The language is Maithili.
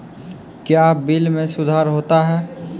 क्या बिल मे सुधार होता हैं?